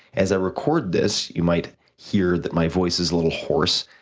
as i record this, you might hear that my voice is a little horse.